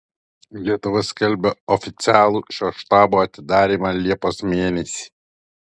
lietuva skelbia oficialų šio štabo atidarymą liepos mėnesį